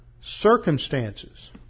circumstances